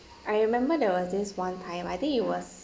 I remember there was this one time I think it was